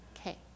Okay